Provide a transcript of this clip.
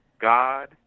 God